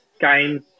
games